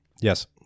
Yes